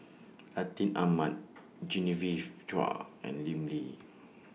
Atin Amat Genevieve Chua and Lim Lee